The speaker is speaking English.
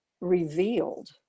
revealed